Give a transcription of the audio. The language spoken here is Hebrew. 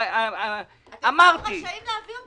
אתם רשאים להביא אותה.